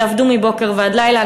יעבדו מבוקר ועד לילה.